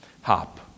hop